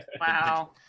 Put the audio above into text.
wow